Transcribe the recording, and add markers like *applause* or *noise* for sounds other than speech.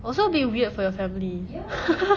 also be weird for your family *laughs*